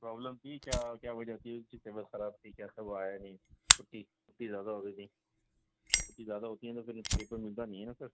problem تھی کیا کیا وجہ تھی اس کی طبیعت خراب تھی کیسا وہ آیا نہیں چھٹی چھٹی زیادہ ہو گئی تھی چھٹی زیادہ ہوتی ہے تو پھر نیس پیپر ملتا نہیں ہے نا سر